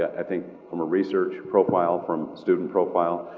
i think from a research profile, from student profile,